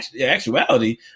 actuality